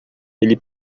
ele